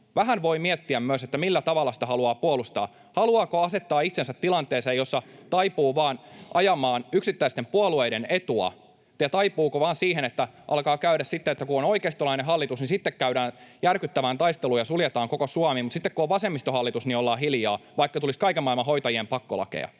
vähän voi miettiä myös, millä tavalla niitä haluaa puolustaa. Haluaako asettaa itsensä tilanteeseen, jossa taipuu vain ajamaan yksittäisten puolueiden etua ja taipuu vain siihen, että sitten kun on oikeistolainen hallitus, käydään järkyttävään taisteluun ja suljetaan koko Suomi, mutta sitten kun on vasemmistohallitus, ollaan hiljaa, vaikka tulisi kaiken maailman hoitajien pakkolakeja?